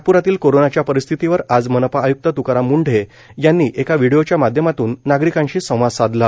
नागप्रातील कोरोनाच्या परिस्थितीवर आज मनपा आय्क्त त्काराम म्ंढे यांनी एका व्हिडिओच्या माध्यमातून नागरिकांशी संवाद साधला